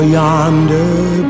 yonder